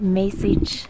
message